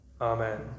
Amen